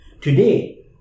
Today